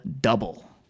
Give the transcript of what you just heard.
Double